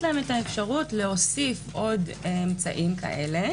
את האפשרות להוסיף עוד אמצעים כאלה,